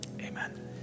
Amen